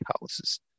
houses